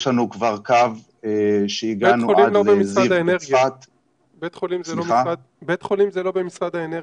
יש לנו כבר קו שהגענו --- בית חולים זה לא במשרד האנרגיה.